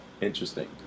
interesting